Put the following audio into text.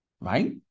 Right